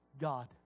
God